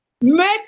make